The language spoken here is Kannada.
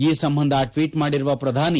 ಈ ಸಂಬಂಧ ಟ್ವೀಟ್ ಮಾಡಿರುವ ಪ್ರಧಾನಿ